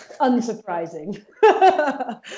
unsurprising